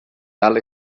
tal